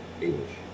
English